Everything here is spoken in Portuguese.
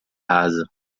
rasa